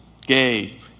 gay